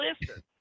listen